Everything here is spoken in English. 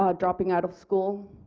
ah dropping out of school,